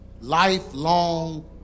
lifelong